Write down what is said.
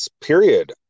period